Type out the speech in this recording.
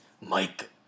Mike